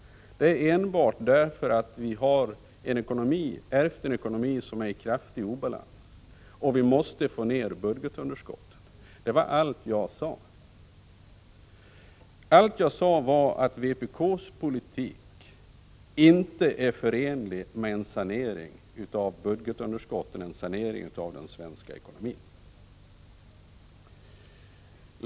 Det är enbart därför att vi har ärvt en ekonomi som är i kraftig obalans och för att vi måste få ned budgetunderskottet. Det var allt jag sade; att vpk:s politik inte är förenlig med en sanering av budgetunderskottet, en sanering av den svenska ekonomin.